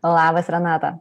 labas renata